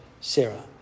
Sarah